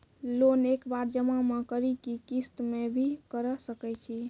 Loan एक बार जमा म करि कि किस्त मे भी करऽ सके छि?